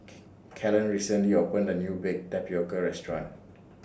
K Kellen recently opened A New Baked Tapioca Restaurant